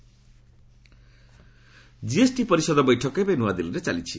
GST GST ପରିଷଦ ବୈଠକ ଏବେ ନୂଆଦିଲ୍ଲୀରେ ଚାଲିଛି